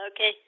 Okay